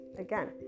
Again